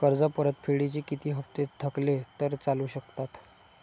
कर्ज परतफेडीचे किती हप्ते थकले तर चालू शकतात?